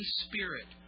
spirit